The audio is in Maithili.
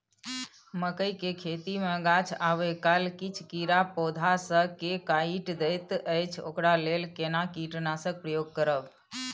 मकई के खेती मे गाछ आबै काल किछ कीरा पौधा स के काइट दैत अछि ओकरा लेल केना कीटनासक प्रयोग करब?